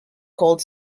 called